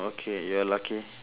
okay you are lucky